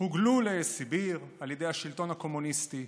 הוגלו לסיביר על ידי השלטון הקומוניסטי,